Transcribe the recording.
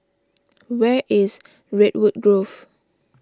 where is Redwood Grove